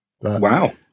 Wow